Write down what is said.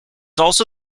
also